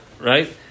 right